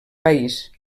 país